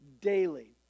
daily